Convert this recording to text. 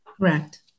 correct